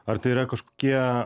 ar tai yra kažkokie